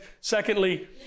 Secondly